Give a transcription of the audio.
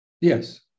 Yes